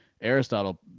Aristotle